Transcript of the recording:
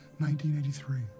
1983